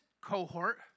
cohort